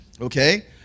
Okay